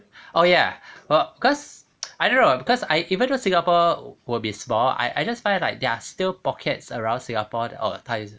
oh ya well cause I don't know because I even though singapore will be small I I just find like there are still pockets around singapore oh